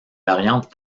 variantes